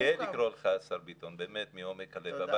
אני גאה לקרוא לך השר ביטון באמת מעומק הלב.